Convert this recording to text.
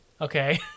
Okay